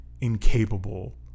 incapable